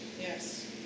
Yes